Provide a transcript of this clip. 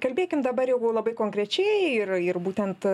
kalbėkim dabar jeigu labai labai konkrečiai ir ir būtent